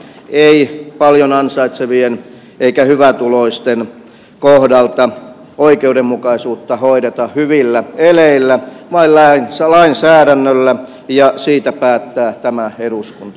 ei paljon ansaitsevien eikä hyvätuloisten kohdalta oikeudenmukaisuutta hoideta hyvillä eleillä vaan lainsäädännöllä ja siitä päättää tämä eduskunta